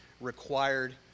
required